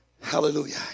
Hallelujah